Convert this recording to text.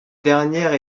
dernière